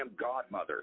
Godmother